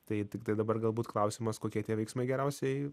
tai tiktai dabar galbūt klausimas kokie tie veiksmai geriausiai